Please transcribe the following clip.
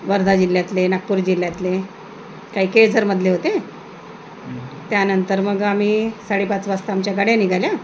वर्धा जिल्ह्यातले नागपूर जिल्ह्यातले काही केळझरमधले होते त्यानंतर मग आम्ही साडेपाच वाजता आमच्या गाड्या निघाल्या